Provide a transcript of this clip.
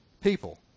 people